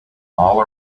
all